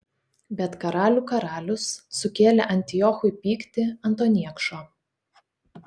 bet karalių karalius sukėlė antiochui pyktį ant to niekšo